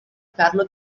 carlo